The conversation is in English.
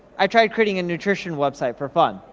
i tried creating a nutrition website for fun,